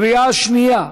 בקריאה שנייה.